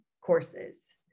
courses